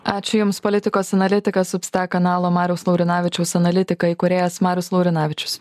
ačiū jums politikos analitikas substak kanalo mariaus laurinavičiaus analitikai kūrėjas marius laurinavičius